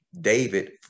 David